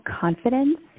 confidence